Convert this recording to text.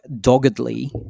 doggedly